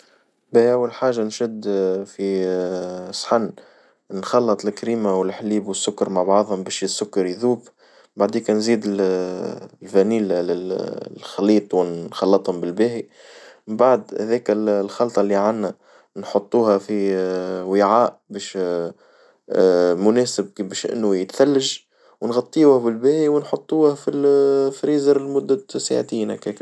أول حاجة نشد في الصحن، نخلط الكريمة والحليب والسكر مع بعضهم باش السكر يذوب، بعديكا نزيد الفنيليا للخليط ونخلطهم بالباهي، من بعد هذاك الخلطة اللي عنا نحطوها في وعاء باش مناسب كيفيش إنه يتثلج ونغطيه بالباهي ونحطوها في الفريزر لمدة ساعتين هكيكا.